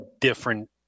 different